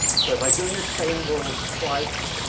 so, by doing the chain rule twice,